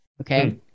Okay